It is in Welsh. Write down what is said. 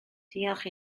diolch